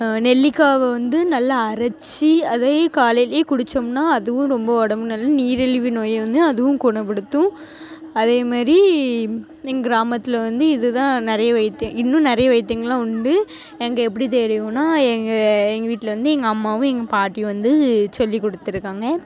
நெல்லிக்காயை வந்து நல்லா அரைச்சி அத காலையிலேயே குடித்தோம்னா அதுவும் ரொம்ப உடம்பு நல்லது நீரிழிவு நோயை வந்து அதுவும் குணப்படுத்தும் அதேமாதிரி எங்கள் கிராமத்தில் வந்து இது தான் நிறைய வைத்தியம் இன்னும் நிறையா வைத்தியங்கள்லாம் உண்டு எங்கே எப்படி தெரியும்னா எங்கள் எங்கள் வீட்டில் வந்து எங்கள் அம்மாவும் எங்கள் பாட்டியும் வந்து சொல்லிக் கொடுத்துருக்காங்க